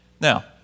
Now